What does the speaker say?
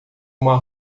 uma